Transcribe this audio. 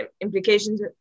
implications